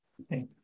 Okay